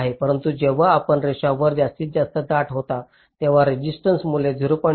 08 आहे परंतु जेव्हा आपण रेषा वर जास्तीत जास्त दाट होतात तेव्हा रेसिस्टन्स मूल्य 0